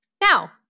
Now